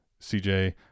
CJ